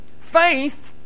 faith